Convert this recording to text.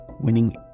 winning